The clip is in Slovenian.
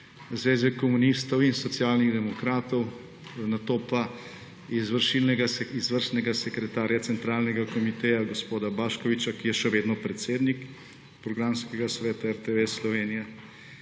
Zveze komunistov in Socialnih demokratov, nato pa izvršnega sekretarja Centralnega komiteja gospoda Baškoviča, ki je še vedno predsednik programskega sveta RTV Slovenije.